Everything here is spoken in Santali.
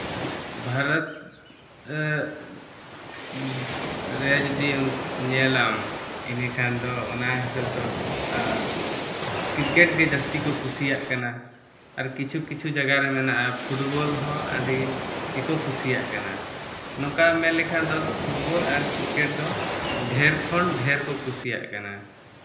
ᱵᱷᱟᱨᱚᱛ ᱨᱮᱭᱟᱜ ᱡᱩᱫᱤ ᱧᱮᱞᱟᱢ ᱤᱱᱟᱹᱠᱷᱟᱱ ᱫᱚ ᱚᱱᱟ ᱦᱤᱥᱟᱹᱵᱽ ᱫᱚ ᱠᱨᱤᱠᱮᱹᱴ ᱜᱮ ᱡᱟᱹᱥᱛᱤ ᱠᱚ ᱠᱩᱥᱤᱭᱟᱜ ᱠᱟᱱᱟ ᱟᱨ ᱠᱤᱪᱷᱩ ᱠᱤᱪᱷᱩ ᱡᱟᱭᱜᱟ ᱨᱮ ᱢᱮᱱᱟᱜᱼᱟ ᱯᱷᱩᱴᱵᱚᱞ ᱦᱚᱸ ᱟᱹᱰᱤ ᱜᱮᱠᱚ ᱠᱩᱥᱤᱭᱟᱜ ᱠᱟᱱᱟ ᱱᱚᱝᱠᱟ ᱢᱮᱱᱞᱮᱠᱷᱟᱱ ᱫᱚ ᱯᱷᱩᱴᱵᱚᱞ ᱟᱨ ᱠᱨᱤᱠᱮᱹᱴ ᱫᱚ ᱰᱷᱮᱨ ᱠᱷᱚᱱ ᱰᱷᱮᱨ ᱠᱚ ᱠᱩᱥᱤᱭᱟᱜ ᱠᱟᱱᱟ